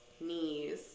knees